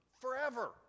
forever